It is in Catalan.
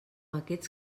aquests